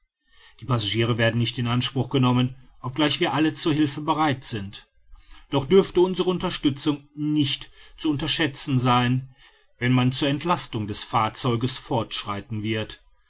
die passagiere werden nicht in anspruch genommen obgleich wir alle zur hilfe bereit sind doch dürfte unsere unterstützung nicht zu unterschätzen sein wenn man zur entlastung des fahrzeuges vorschreiten wird